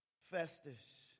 Festus